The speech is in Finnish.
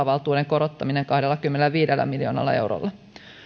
akatemian määrärahavaltuuden korottaminen kahdellakymmenelläviidellä miljoonalla eurolla